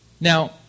Now